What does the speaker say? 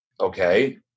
Okay